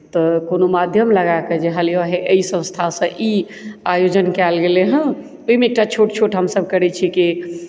तऽ कोनो माध्यम लगा कऽ जे हे लिअ एहि संस्थासँ ई आयोजन कयल गेलै हेँ एहिमे एकटा छोट छोट हमसभ करैत छियै कि